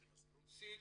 רוסית,